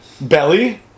belly